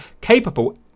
capable